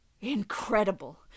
Incredible